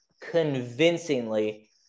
convincingly